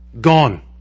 Gone